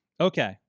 Okay